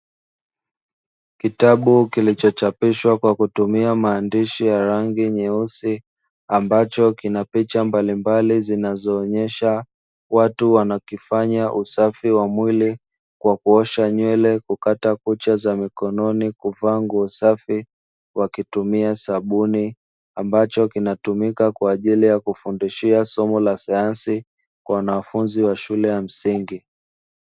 Kitabu kilichochapishwa kwa kutumia maandishi ya rangi nyeusi. Ambacho kina picha mbalimbali zinazoonyesha watu wakifanya usafi wa mwili kwa kuosha nywele, kukata kucha za mikononi, kuvaa nguo safi wakitumia sabuni. Ambacho kinatumika kwa ajili ya kufundishia somo la sayansi kwa wanafunzi wa shule ya msingi.